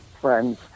friends